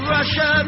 Russia